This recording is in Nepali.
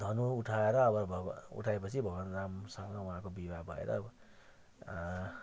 धनु उठाएर अगर भ उठाएपछि भगवान रामसँग उहाँको विवाह भएर